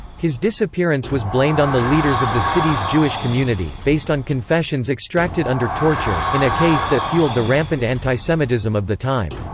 his disappearance was blamed on the leaders of the city's jewish community, based on confessions extracted under torture, in a case that fueled the rampant antisemitism of the time.